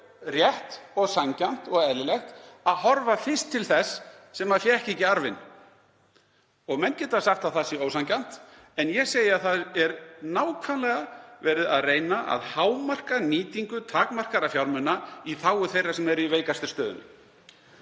rétt og sanngjarnt og eðlilegt að horfa fyrst til þess sem fékk ekki arfinn. Menn geta sagt að það sé ósanngjarnt. En það er nákvæmlega verið að reyna að hámarka nýtingu takmarkaðra fjármuna í þágu þeirra sem eru í veikastri stöðu.